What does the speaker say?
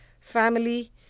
family